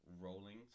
rolling